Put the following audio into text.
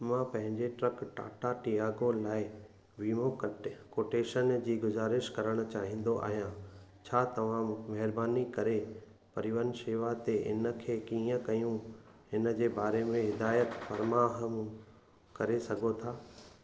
मां पंहिंजे truck Tata Tiago लाइ वीमो कटे कोटेशन जी गुज़ारिश करणु चाहींदो आहियां छा तव्हां महिरबानी करे परिवहन शेवा ते इन खे कीअं कयूं हिन जे बारे में हिदायत फरमाहम करे सघो था